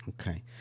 Okay